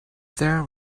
there